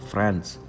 France